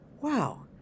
Wow